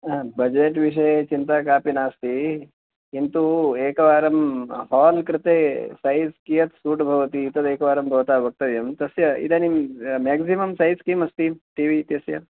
budget विषये चिन्ता कापि नास्ति किन्तु एकवारं हाल् कृते सैज़् कियत् सूट् भवति एतदेकवारं भवता वक्तव्यम् तस्य इदानीम् मेक्सिमम् सैज़् किम् अस्ति टी वि इत्यस्य